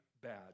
bad